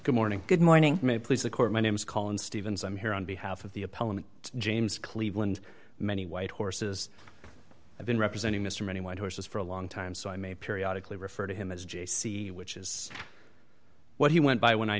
good morning good morning may it please the court my name is call and stevens i'm here on behalf of the opponent james cleveland many white horses have been representing mr many white horses for a long time so i may periodical refer to him as j c which is what he went by when i